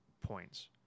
points